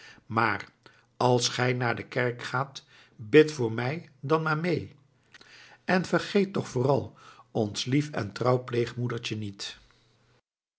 maar als gij naar de kerk gaat bid voor mij dan maar mee en vergeet toch vooral ons lief en trouw pleegmoedertje niet